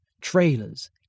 trailers